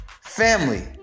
family